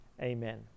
Amen